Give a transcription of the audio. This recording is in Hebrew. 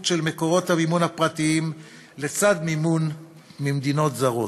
של מקורות המימון הפרטיים לצד מימון ממדינות זרות.